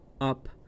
up